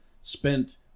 spent